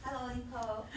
hello nicole